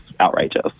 outrageous